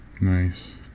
Nice